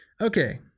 Okay